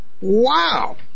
Wow